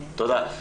תודה.